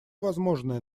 возможное